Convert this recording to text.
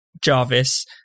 Jarvis